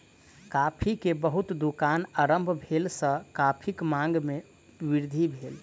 coffee के बहुत दुकान आरम्भ भेला सॅ कॉफ़ीक मांग में वृद्धि भेल